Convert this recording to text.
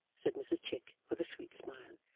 said mrs chick, with a sweet smile,